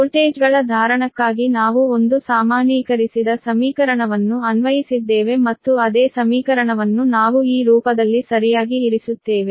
ವೋಲ್ಟೇಜ್ಗಳ ಧಾರಣಕ್ಕಾಗಿ ನಾವು ಒಂದು ಸಾಮಾನ್ಯೀಕರಿಸಿದ ಸಮೀಕರಣವನ್ನು ಅನ್ವಯಿಸಿದ್ದೇವೆ ಮತ್ತು ಅದೇ ಸಮೀಕರಣವನ್ನು ನಾವು ಈ ರೂಪದಲ್ಲಿ ಸರಿಯಾಗಿ ಇರಿಸುತ್ತೇವೆ